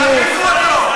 תחליפו אותו.